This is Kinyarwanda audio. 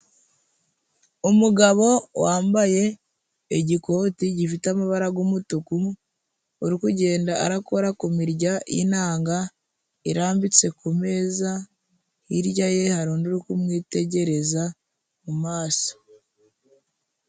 Umugabo wambaye igikoti gifite amabara g'umutuku uri kugenda arakora ku mirya y'inanga irambitse ku meza, hirya ye hari undi uri kumwitegereza mu maso.